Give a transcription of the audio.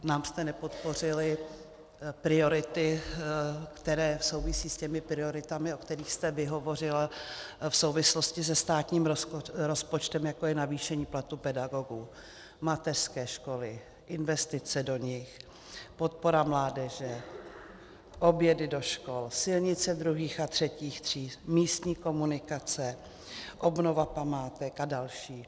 Nám jste nepodpořili priority, které souvisí s těmi prioritami, o kterých jste vy hovořila v souvislosti se státním rozpočtem, jako je navýšení platů pedagogů, mateřské školy, investice do nich, podpora mládeže, obědy do škol, silnice druhých a třetích tříd, místní komunikace, obnova památek a další.